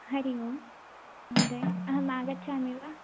हरिः ओं महोदय अहम् आगच्छामि वा